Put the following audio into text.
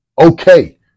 Okay